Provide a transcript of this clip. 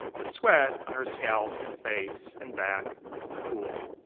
the sweat on her scalp and face and back cooled.